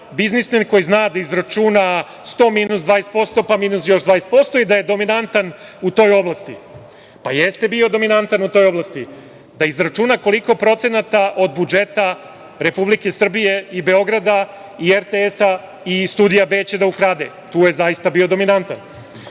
biznismen koji zna da izračuna 100 minus 20% pa minus još 20% i da je dominantan u toj oblasti. Jeste bio dominantan u toj oblasti, da izračuna koliko procenata od budžeta Republike Srbije i Beograda i RTS-a i Studija B će da ukrade. Tu je zaista bio dominantan.